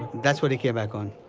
that's what they came back on.